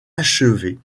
achevée